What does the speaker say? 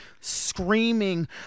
screaming